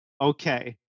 okay